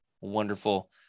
Wonderful